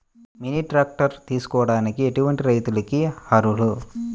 Mini tractor తీసుకోవడానికి ఎటువంటి రైతులకి అర్హులు?